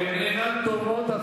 הן אינן דומות.